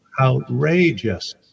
outrageous